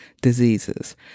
diseases